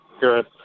good